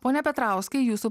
pone petrauskai jūsų